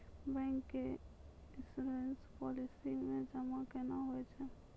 Bank के insurance policy मे जमा केना होय छै?